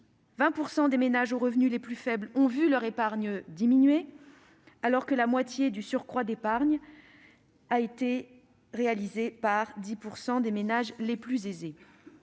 20 % des ménages aux revenus les plus faibles ont vu leur épargne diminuer, alors que la moitié du surcroît d'épargne a été réalisée par 10 % des ménages les plus aisés.